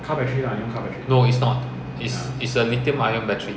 no it's not it's a lithium ion battery